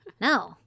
No